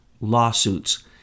lawsuits